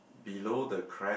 below the crab